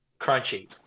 crunchy